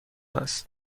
است